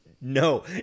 No